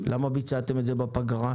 למה ביצעתם את זה בפגרה?